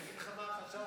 אני אגיד לך מה החשש.